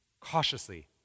cautiously